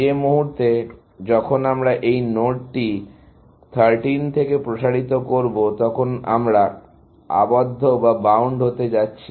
যে মুহূর্তে যখন আমরা এই নোডটি 13 থেকে প্রসারিত করব তখন আমরা আবদ্ধ বা বাউন্ড হতে যাচ্ছি